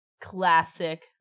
classic